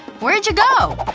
where'd you go?